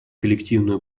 коллективную